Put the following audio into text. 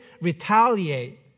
retaliate